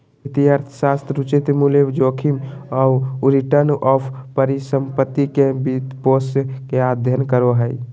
वित्तीय अर्थशास्त्र उचित मूल्य, जोखिम आऊ रिटर्न, आऊ परिसम्पत्ति के वित्तपोषण के अध्ययन करो हइ